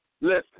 listen